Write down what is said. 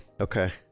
Okay